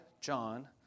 John